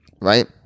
Right